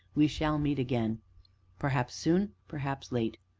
we shall meet again perhaps soon, perhaps late.